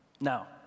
Now